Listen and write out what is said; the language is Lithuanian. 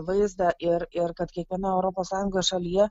vaizdą ir ir kad kiekvienoj europos sąjungos šalyje